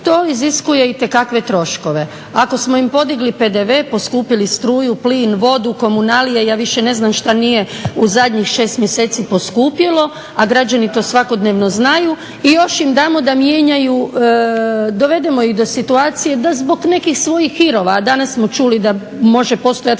to iziskuje itekakve troškove. Ako smo im podigli PDV, poskupili struju, plin, vodu, komunalije i ja više ne znam šta nije u zadnjih 6 mjeseci poskupjelo a građani to svakodnevno znaju i još im damo da mijenjaju, dovedemo ih do situacije da zbog nekih svojih hirova, a danas smo čuli da može postojati